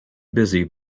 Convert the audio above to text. busy